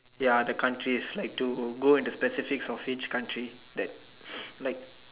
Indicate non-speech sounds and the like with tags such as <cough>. ya the countries like to go into specifics of each country that <noise> like